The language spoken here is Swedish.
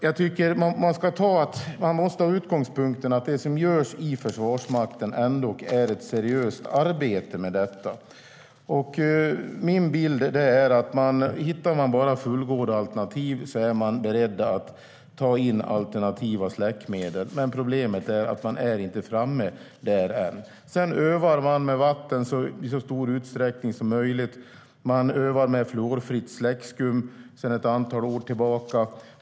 Jag tycker alltså att man måste ha utgångspunkten att det som görs i Försvarsmakten när det gäller detta ändå är ett seriöst arbete. Min bild är att man är beredd att ta in alternativa släckmedel om man bara hittar fullgoda alternativ. Problemet är att man inte är framme än. Sedan övar man med vatten i så stor utsträckning som möjligt, och man övar med fluorfritt släckskum sedan ett antal år tillbaka.